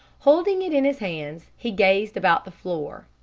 holding it in his hands, he gazed about the floor.